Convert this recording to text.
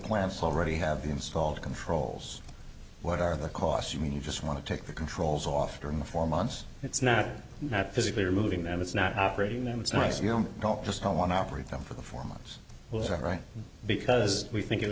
plans already have the installed controls what are the costs you mean you just want to take the controls off during the four months it's not not physically removing them it's not operating them it's nice to just don't want to operate them for the four months which are right because we think it